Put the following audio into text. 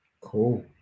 Cool